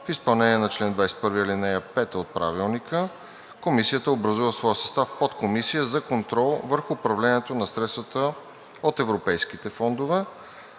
в изпълнение на чл. 21, ал. 5 от Правилника, Комисията образува в своя състав Подкомисия за контрол върху управлението на средствата от европейските фондове,